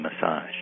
massage